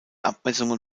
abmessungen